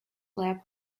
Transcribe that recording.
lab